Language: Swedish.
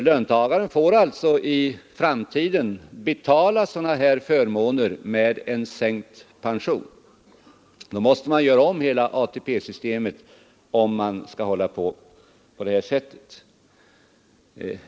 Löntagaren får alltså betala sådana här avgifter med en sänkt pension i framtiden. Om man skall fortsätta att införa sådana här avgifter måste hela ATP-systemet göras om.